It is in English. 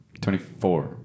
24